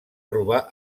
robar